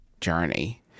journey